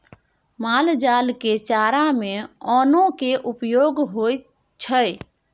माल जाल के चारा में अन्नो के प्रयोग होइ छइ